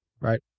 right